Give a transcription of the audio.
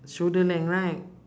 shoulder length right